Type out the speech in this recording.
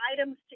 items